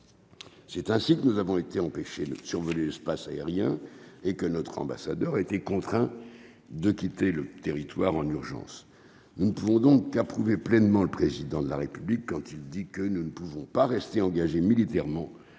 C'est ainsi que nous avons été empêché le survoler l'espace aérien et que notre ambassadeur a été contraint de quitter le territoire en urgence, nous ne pouvons donc approuver pleinement le président de la République quand il dit que nous ne pouvons pas rester engagé militairement